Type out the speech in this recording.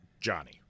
Johnny